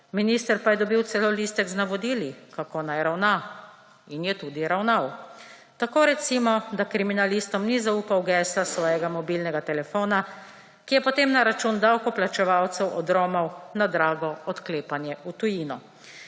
minister pa je dobil celo listek z navodili, kako naj ravna in je tudi ravnal. Tako recimo, da kriminalistom ni zaupal gesla svojega mobilnega telefona, ki je potem na račun davkoplačevalcev odromal na drago odklepanje v tujino.